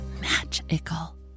magical